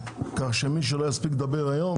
כך שמי שלא יספיק לדבר היום,